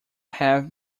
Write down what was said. have